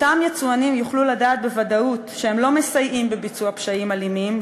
אותם יצואנים יוכלו לדעת בוודאות שהם לא מסייעים בביצוע פשעים אלימים,